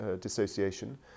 dissociation